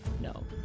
no